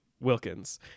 Wilkins